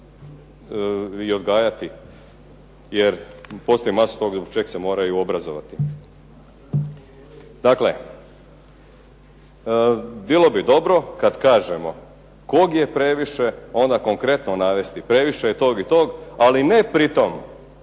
i odgajati jer postoji masu toga iz čeg se moraju obrazovati. Dakle, bilo bi dobro kad kažemo kog je previše onda konkretno navesti previše je tog i tog, ali ne pri tom